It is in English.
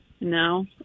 no